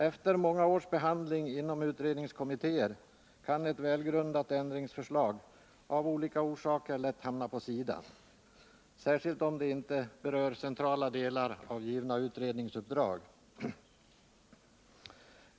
Efter många års behandling inom utredningskommittéer kan ett välgrundat ändringsförslag av olika orsaker lätt hamna på sidan, särskilt om det inte berör centrala delar av givna utredningsuppdrag.